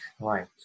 right